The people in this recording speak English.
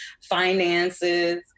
finances